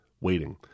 waiting